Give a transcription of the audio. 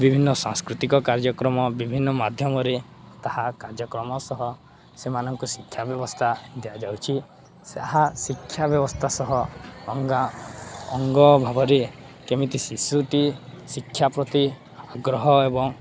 ବିଭିନ୍ନ ସାଂସ୍କୃତିକ କାର୍ଯ୍ୟକ୍ରମ ବିଭିନ୍ନ ମାଧ୍ୟମରେ ତାହା କାର୍ଯ୍ୟକ୍ରମ ସହ ସେମାନଙ୍କୁ ଶିକ୍ଷା ବ୍ୟବସ୍ଥା ଦିଆଯାଉଛି ତାହା ଶିକ୍ଷା ବ୍ୟବସ୍ଥା ସହ ଅଙ୍ଗା ଅଙ୍ଗୀ ଭାବରେ କେମିତି ଶିଶୁଟି ଶିକ୍ଷା ପ୍ରତି ଆଗ୍ରହ ଏବଂ